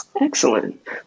Excellent